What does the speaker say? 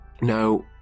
Now